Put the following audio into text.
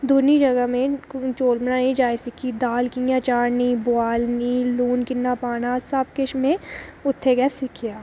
दौनीं जगह में चौल बनाने दी जाच सिक्खी की दाल कि'यां चाढ़नी कियां बुआलनी लून किन्ना पाना सब किश में इत्थै गै सिक्खेआ